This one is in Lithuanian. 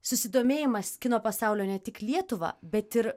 susidomėjimas kino pasaulio ne tik lietuvą bet ir